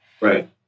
right